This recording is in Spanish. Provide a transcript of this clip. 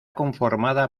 conformada